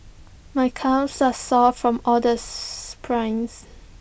my calves are sore from all the sprints